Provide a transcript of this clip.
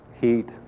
heat